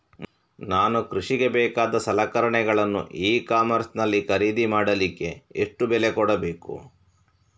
ನಾನು ಕೃಷಿಗೆ ಬೇಕಾದ ಸಲಕರಣೆಗಳನ್ನು ಇ ಕಾಮರ್ಸ್ ನಲ್ಲಿ ಖರೀದಿ ಮಾಡಲಿಕ್ಕೆ ಎಷ್ಟು ಬೆಲೆ ಕೊಡಬೇಕು?